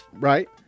Right